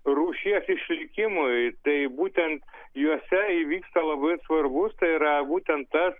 rūšies išlikimui tai būtent jose įvyksta labai svarbus tai yra būtent tas